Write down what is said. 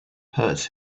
hurts